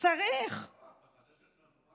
לא צריך את זה.